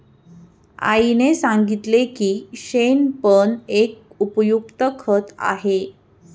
आईने सांगितले की शेण पण एक उपयुक्त खत आहे